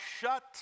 shut